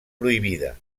prohibida